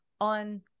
on